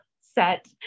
set